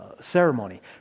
ceremony